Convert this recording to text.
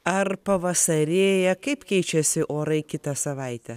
ar pavasarėja kaip keičiasi orai kitą savaitę